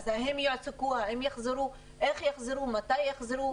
האם יועסקו, האם יחזרו, איך יחזרו, מתי יחזרו.